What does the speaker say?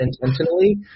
intentionally